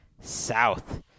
South